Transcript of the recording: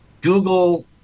Google